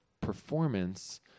performance